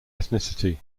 ethnicity